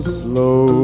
slow